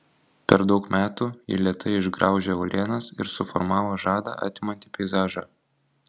per daug metų ji lėtai išgraužė uolienas ir suformavo žadą atimantį peizažą